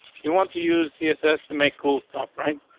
you want to use css to make cool stuff right?